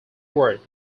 word